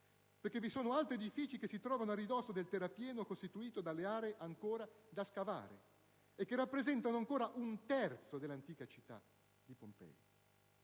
perché vi sono altri edifici che si trovano a ridosso del terrapieno costituito dalle aree ancora da scavare, e che rappresentano ancora un terzo dell'antica città di Pompei.